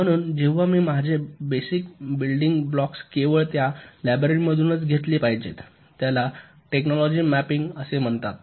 म्हणून जेव्हा मी माझे बेसिक बिल्डिंग ब्लॉक्स केवळ त्या लायब्ररीतूनच घेतले पाहिजेत त्याला टेक्नोलॉजी मॅपिंग असे म्हणतात